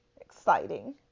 Exciting